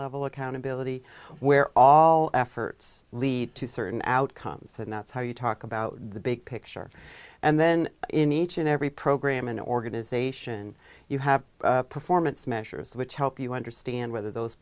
level accountability where all efforts lead to certain outcomes and that's how you talk about the big picture and then in each and every program and organization you have performance measures which help you understand whether those